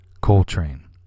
Coltrane